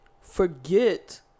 forget